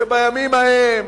שבימים ההם,